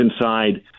inside